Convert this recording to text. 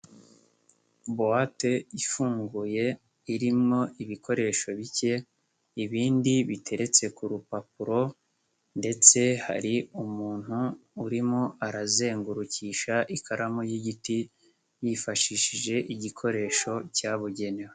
Buwate ifunguye irimo ibikoresho bike, ibindi biteretse ku rupapuro ndetse hari umuntu urimo arazengurukisha ikaramu y'igiti, yifashishije igikoresho cyabugenewe.